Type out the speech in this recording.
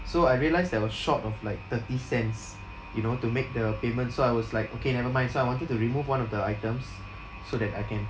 so I realised that I was short of like thirty cents you know to make the payment so I was like okay never mind so I wanted to remove one of the items so that I can